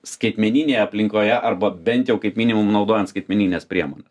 skaitmeninėje aplinkoje arba bent jau kaip minimum naudojant skaitmenines priemones